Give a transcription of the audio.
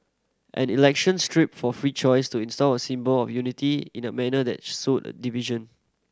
an election stripped for free choice to install a symbol of unity in a manner that sowed division